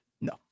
No